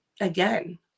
again